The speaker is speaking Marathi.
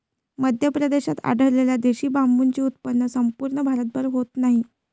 मध्य प्रदेशात आढळलेल्या देशी बांबूचे उत्पन्न संपूर्ण भारतभर होत नाही